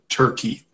turkey